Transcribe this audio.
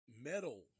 metal